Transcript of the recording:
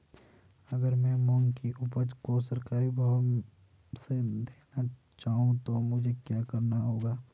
अगर मैं मूंग की उपज को सरकारी भाव से देना चाहूँ तो मुझे क्या करना होगा?